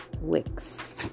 Wicks